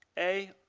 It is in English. a,